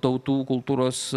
tautų kultūros